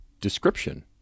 description